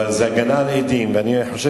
אבל זה הגנה על עדים, ואני חושב